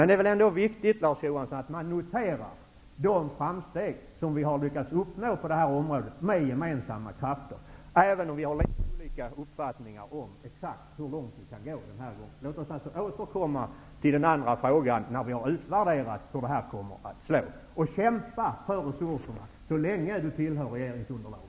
Det är väl ändå viktigt, Larz Johansson, att man noterar de framsteg vi med gemensamma krafter har lyckats uppnå på detta område, även om vi har olika uppfattningar om exakt hur långt vi kan gå denna gång. Låt oss återkomma till den andra frågan när vi har utvärderat hur detta kommer att slå. Jag tycker att Larz Johansson skall kämpa för resurserna, så länge han tillhör regeringsunderlaget.